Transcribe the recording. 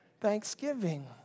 thanksgiving